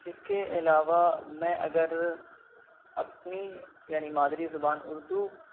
اس کے علاوہ میں اگر اپنی یعنی مادری زبان اردو